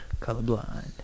Colorblind